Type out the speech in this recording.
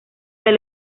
del